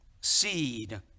Seed